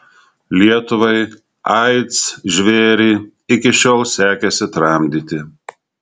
lietuvai aids žvėrį iki šiol sekėsi tramdyti